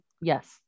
Yes